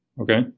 okay